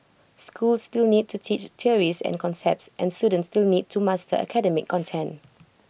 schools still need to teach theories and concepts and students still need to master academic content